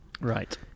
Right